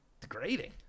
degrading